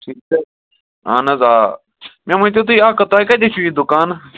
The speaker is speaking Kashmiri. اَہَن حظ آ مےٚ ؤنۍ تَو تُہۍ اَکھ کَتھ تۄہہِ کتٮ۪تھ چھُو یہِ دُکان